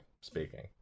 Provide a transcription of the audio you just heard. speaking